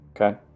Okay